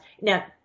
now